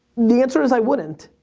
the answer is i wouldn't